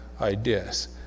ideas